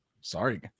sorry